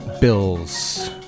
Bills